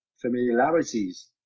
familiarities